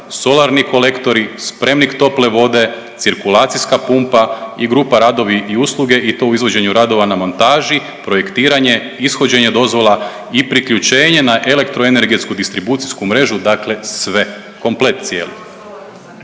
solarni kolektori, spremnik tople vode, cirkulacijska pumpa i grupa radovi i usluge i to u izvođenju radova na montaži, projektiranje, ishođenje dozvola i priključenje na elektro energetsku distribucijsku mrežu, dakle sve, komplet cijeli.